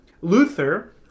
Luther